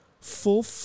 Full